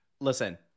Listen